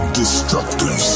destructive